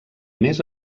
més